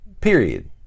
period